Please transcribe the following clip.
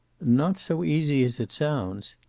not so easy as it sounds.